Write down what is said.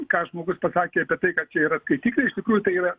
ką žmogus pasakė apie tai kad čia yra skaitikliai iš tikrųjų tai yra